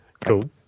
Cool